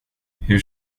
hur